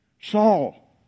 Saul